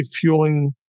fueling